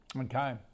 Okay